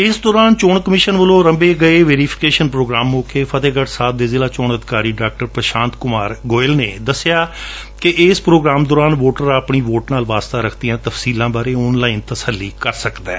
ਇਸ ਦੌਰਾਨ ਚੋਣ ਕਮਿਸ਼ਨ ਵੱਲੋ ਅਰੰਭੇ ਗਏ ਇਲੈਟਰ ਵੈਰੀਫਿਕੇਸ਼ਨ ਪ੍ਰੋਗਰਾਮ ਮੌਕੇ ਫਤਿਹਗੜ ਸਾਹਿਬ ਦੇ ਜਿਲ੍ਹਾ ਚੋਣ ਅਧਿਕਾਰੀ ਡਾ ਪ੍ਰਸਾਂਤ ਕੁਮਾਰ ਗੋਇਲ ਨੇ ਦੱਸਿਆ ਕਿ ਇਸ ਪ੍ਰੋਗਰਾਮ ਦੌਰਾਨ ਵੋਟਰ ਆਪਣੀ ਟੋਰ ਨਾਲ ਵਾਸਤਾ ਰੱਖਦੀਆਂ ਤਫਸੀਲਾਂ ਬਾਰੇ ਆਨਲਾਈਨ ਤਸੱਲੀ ਕਰ ਸਕਦਾ ਹੈ